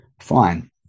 Fine